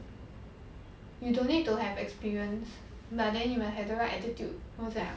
you don't need to have experience but then you must have the right attitude then 我就 like